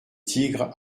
tigre